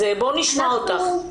אז נשמע אותך.